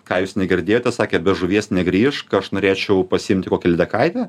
ką jūs negirdėjote sakė be žuvies negrįžk aš norėčiau pasiimti kokią lydekaitę